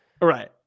Right